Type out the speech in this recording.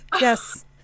Yes